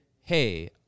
hey